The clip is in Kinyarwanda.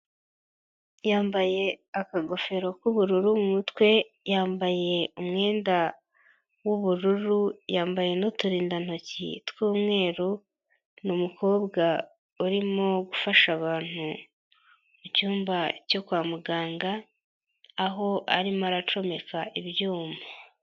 Yambaye akagofero k'ubururu mu mutwe yambaye umwenda w'ubururu yambaye n'uturindantoki tw'umweru ni umukobwa urimo gufasha abantu mu cyumba cyo kwa muganga aho arimo aracomeka ibyuma.